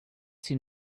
see